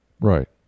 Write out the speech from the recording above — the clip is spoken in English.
Right